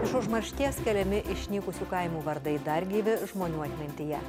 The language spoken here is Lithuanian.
iš užmaršties keliami išnykusių kaimų vardai dar gyvi žmonių atmintyje